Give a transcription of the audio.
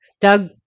Doug